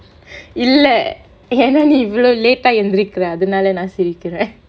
இல்ல ஏன்னா நீ இவ்வளவு:illa yaennaa nee ivvalavu late ஆகி வந்திருக்குற அதனால நா சிரிக்குறேன்:aagi vanthirukkura athanaala naa sirikkuraen